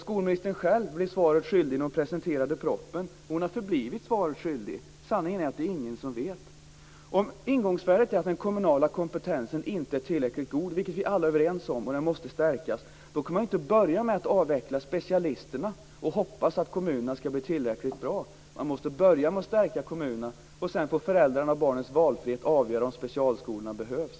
Skolministern själv blev svaret skyldig när hon presenterade propositionen. Hon har förblivit svaret skyldig. Sanningen är att ingen vet. Om ingångsvärdet är att den kommunala kompetensen inte är tillräckligt god - vi är alla överens om att den måste stärkas - kan man inte börja med att avveckla specialisterna och hoppas att kommunerna ska bli tillräckligt bra. Man måste börja med att stärka kommunerna. Sedan får föräldrarnas och barnens valfrihet avgöra om specialskolorna behövs.